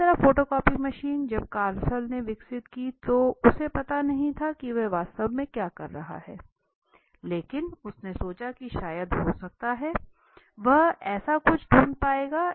इसी तरह photocopy machine जब कार्लसन ने विकसित की तो उसे पता नहीं था कि वह वास्तव में क्या है कर रहा था लेकिन उसने सोचा कि शायद हो सकता है वह ऐसा कुछ ढूंढ पाएगा